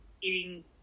eating